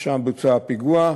ששם בוצע הפיגוע,